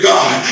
God